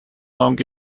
long